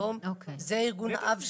זה ארגון האב שלנו,